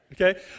okay